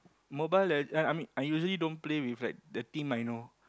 Mobile-Legend I I mean I usually don't play with like the team I know